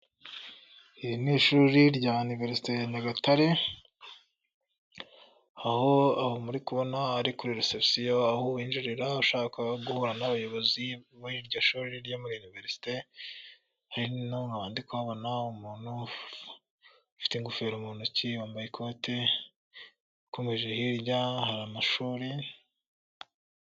Iri ni ishuri rya iniverisite ya Nyagatare, aho aho muri kubona ari kuri resebusiyo aho winjirira ushaka guhura n'abayobozi muri iryo shuri ryo muri iniverisite hari noneho ndi kuhabona umuntu ufite ingofero mu ntoki ,wambaye ikote, ukomeje hirya hari amashuri.